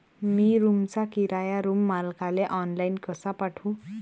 मी रूमचा किराया रूम मालकाले ऑनलाईन कसा पाठवू?